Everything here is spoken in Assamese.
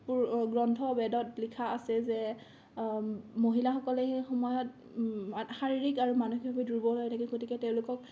গ্ৰন্থ বেদত লিখা আছে যে মহিলাসকলে সেইসময়ত শাৰীৰিক আৰু মানসিকভাৱে দুৰ্বল হৈ থাকে গতিকে তেওঁলোকক